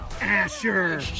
Asher